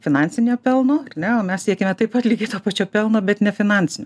finansinio pelno ar ne o mes siekiame taip pat lygiai to pačio pelno bet ne finansinio